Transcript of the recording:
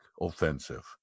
Offensive